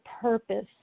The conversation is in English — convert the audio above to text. purpose